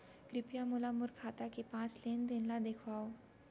कृपया मोला मोर खाता के पाँच लेन देन ला देखवाव